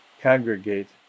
congregate